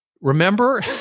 remember